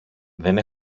δεν